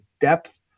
depth